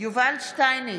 יובל שטייניץ,